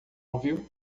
ouviu